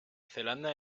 zelanda